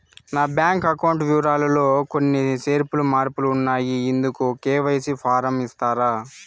నా bank account వివరాలు లో కొన్ని చేర్పులు మార్పులు ఉన్నాయి, ఇందుకు కె.వై.సి ఫారం ఇస్తారా?